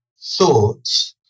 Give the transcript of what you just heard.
thoughts